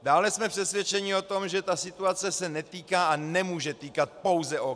Dále jsme přesvědčeni o tom, že situace se netýká a nemůže týkat pouze OKD.